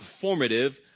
formative